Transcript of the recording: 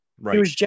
Right